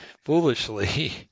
foolishly